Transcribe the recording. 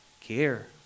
care